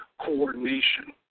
coordination